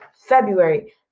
February